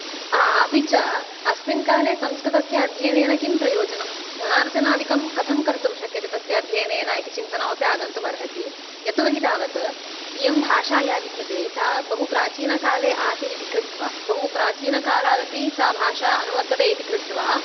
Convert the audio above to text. अपि च अस्मिन् काले संस्कृतस्य अध्ययनेन किं प्रयोजनं धनार्थाधिकं कथं कर्तुं शक्यते तस्य अध्ययनेन इति चिन्तनम् अपि आगन्तुम् अर्हति यतो हि तावत् इयं भाषा या विद्यते सा बहुप्राचीनकाले आसीत् इति कृत्वा बहुप्राचीनकालात् अपि सा भाषा अनुवर्तते इति कृत्वा